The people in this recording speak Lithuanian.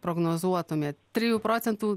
prognozuotumėt trijų procentų